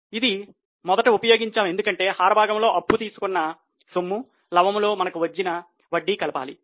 ఇది మొదట ఉపయోగించాం ఎందుకంటే హార భాగంలో అప్పు తీసుకున్న సొమ్ము లవము లో మనకు వచ్చిన వడ్డీ కలపాలి